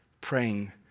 praying